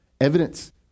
Evidence